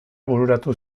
bururatu